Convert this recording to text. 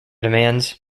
demands